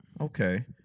Okay